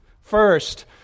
First